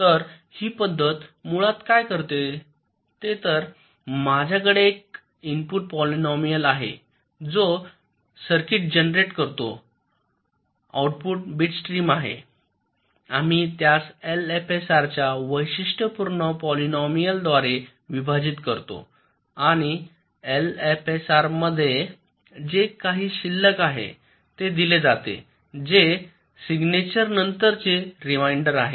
तर ही पद्धत मूलत काय करते ते तर माझ्याकडे एक इनपुट पॉलिनोमियाल आहे जो सर्किट जनरेट करतो आउटपुट बिट स्ट्रीम आहे आम्ही त्यास एलएफएसआरच्या वैशिष्ट्यपूर्ण पॉलिनोमियालनुसार विभाजित करतो आणि एलएफएसआरमध्ये LFSR जे काही शिल्लक आहे ते दिले जाते जे सिग्नेचर नंतरचे रिमाइंडर आहे